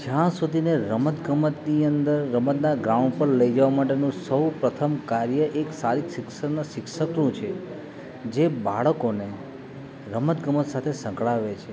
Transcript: જ્યાં સુધીને રમત ગમતની અંદર રમતના ગ્રાઉન્ડ પર લઈ જવા માટેનું સૌ પ્રથમ કાર્ય એક શારીરક શિક્ષણના શિક્ષકનું છે જે બાળકોને રમત ગમત સાથે સંકળાવે છે